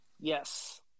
Yes